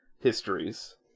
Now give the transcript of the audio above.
Histories